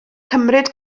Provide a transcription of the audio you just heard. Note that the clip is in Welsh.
cymryd